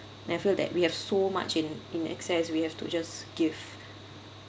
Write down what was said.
and I feel that we have so much in in access we have to just give